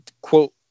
quote